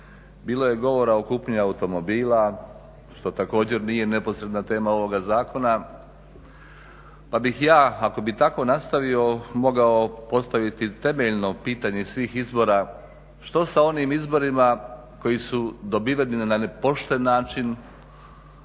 bilo je govora o kupnji automobila, što također nije neposredna tema ovoga zakona pa bih ja, ako bih tako nastavio mogao postaviti temeljno pitanje svih izbora. Što sa onim izborima koji su dobiveni na nepošten način,